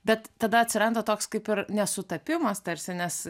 bet tada atsiranda toks kaip ir nesutapimas tarsi nes